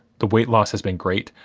the weight loss has been great,